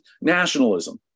nationalism